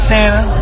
Santa